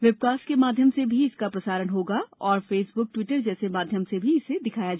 webcast के माध्यम से भी इसका प्रसारण होगा और फेसबुक ट्विटर जैसे माध्यम से भी इसे दिखाएंगे